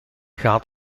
gaat